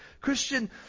Christian